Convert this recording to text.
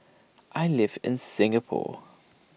I live in Singapore